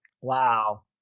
Wow